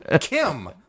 Kim